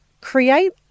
create